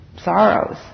sorrows